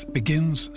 begins